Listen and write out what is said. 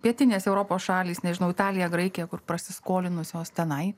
pietinės europos šalys nežinau italiją graikiją kur prasiskolinusios tenai